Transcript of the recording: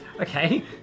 okay